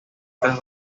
atrás